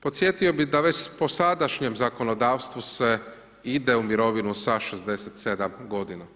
Podsjetio bi da već po sadašnjem zakonodavstvu se ide u mirovinu sa 67 godina.